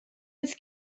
its